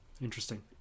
interesting